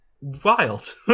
wild